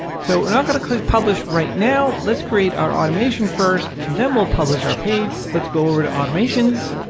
so we're not going to click publish right now. let's create our automation first. then we'll publish our page. so let's go over to automations